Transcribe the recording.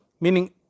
meaning